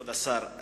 כבוד השר,